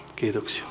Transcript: kiitoksia